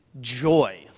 joy